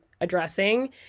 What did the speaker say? addressing